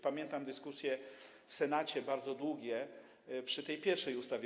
Pamiętam dyskusje w Senacie, bardzo długie, przy tej pierwszej ustawie.